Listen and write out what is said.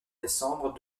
décembre